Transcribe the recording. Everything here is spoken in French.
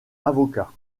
avocat